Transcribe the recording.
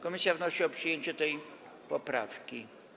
Komisja wnosi o przyjęcie tej poprawki.